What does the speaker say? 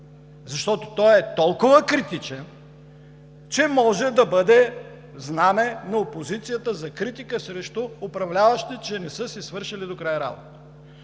защото той е толкова критичен, че може да бъде знаме на опозицията за критика срещу управляващите, че не са си свършили работата